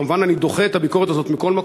כמובן, אני דוחה את הביקורת הזאת מכול וכול.